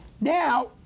now